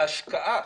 ההשקעה